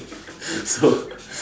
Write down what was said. so